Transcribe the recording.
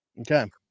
Okay